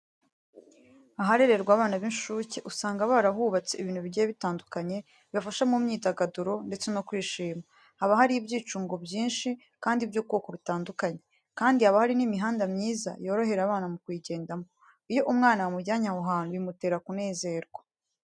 Aharererwa abana b'incuke, usanga barahubatse ibintu bigiye bitandukanye, bibafasha mu myidagaduro ndetse no kwishima. Haba hari ibyicungo byinshi kandi by'ubwoko butandukanye, kandi haba hari n'imihanda myiza yorohera abana mu kuyigendamo. Iyo umwana bamujyane aho hantu bimutera kunezerwa.